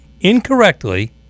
incorrectly